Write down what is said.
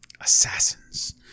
Assassins